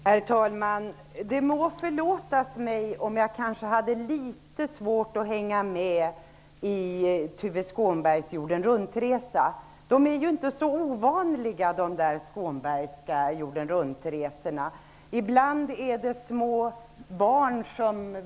Herr talman! Det må förlåtas mig om jag hade litet svårt att hänga med i Tuve Skånbergs jordenruntresa. De där Skånbergska jordenruntresorna är inte så ovanliga.